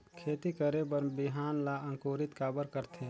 खेती करे बर बिहान ला अंकुरित काबर करथे?